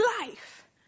life